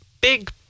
big